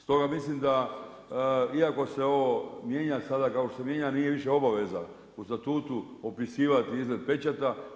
Stoga mislim da se iako se ovo mijenja sada kao što se mijenja nije više obaveza u statutu opisivati izgled pečata.